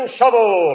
Shovel